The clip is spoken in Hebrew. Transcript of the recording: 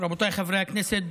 רבותיי חברי הכנסת,